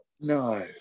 No